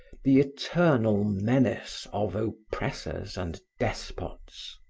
the eternal menace of oppressors and despots.